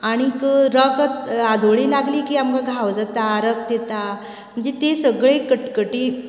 आनीक रगत आदोळी लागली कि आमकां घावो जाता रगत येता म्हणजे ती सगळी कटकटी